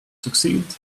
succeed